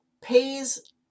pays